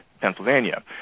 Pennsylvania